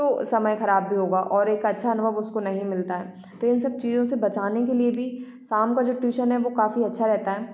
तो समय खराब भी होगा और एक अच्छा अनुभव उसको नहीं मिलता तो इन सब चीज़ों से बचाने के लिए भी साम का जो ट्यूशन है वो काफ़ी अच्छा रहता है